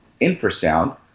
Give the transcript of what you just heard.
infrasound